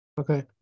Okay